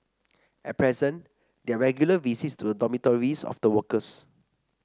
at present there are regular visits to the dormitories of the workers